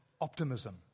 optimism